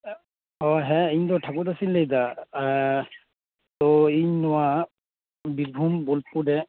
ᱚ ᱦᱮᱸ ᱤᱧ ᱫᱚ ᱴᱷᱟᱠᱩᱨ ᱫᱟᱥᱤᱧ ᱞᱟᱹᱭᱮᱫᱟ ᱛᱚ ᱤᱧ ᱱᱚᱶᱟ ᱵᱤᱨᱵᱷᱩᱢ ᱵᱳᱞᱯᱩᱨ ᱨᱮ